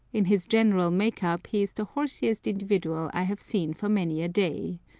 in his general make-up he is the horsiest individual i have seen for many a day.